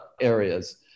areas